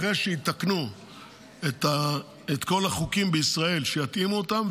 אחרי שיתקנו את כל החוקים בישראל ויתאימו אותם,